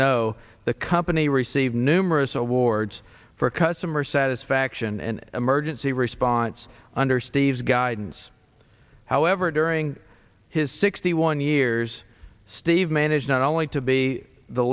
know the company received numerous awards for customer satisfaction and emergency response under steve's guidance however during his sixty one years steve managed not only to be the